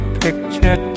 picture